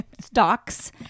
stocks